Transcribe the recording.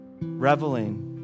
Reveling